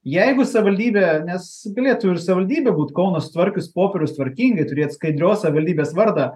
jeigu savivaldybė nes galėtų ir savivaldybė būt kauno sutvarkius popierius tvarkingai turėt skaidrios savivaldybės vardą